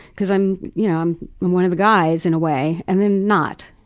because i'm you know i'm one of the guys in a way. and then not.